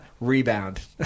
rebound